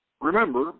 Remember